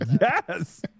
Yes